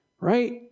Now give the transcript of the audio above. Right